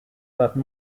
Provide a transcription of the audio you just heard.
that